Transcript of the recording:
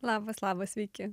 labas labas sveiki